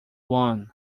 won